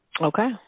Okay